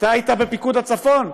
אתה היית בפיקוד הצפון,